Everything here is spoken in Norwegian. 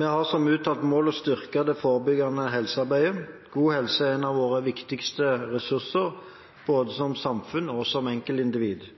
har som uttalt mål å styrke det forebyggende helsearbeidet. God helse er en av våre viktigste ressurser, både for samfunnet og for enkeltindividene.